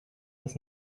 bis